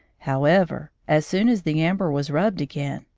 however, as soon as the amber was rubbed again,